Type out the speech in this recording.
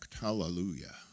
Hallelujah